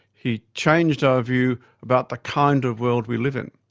he changed our view about the kind of world we live in,